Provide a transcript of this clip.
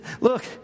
Look